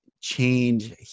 change